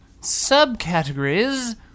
subcategories